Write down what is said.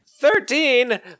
Thirteen